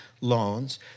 loans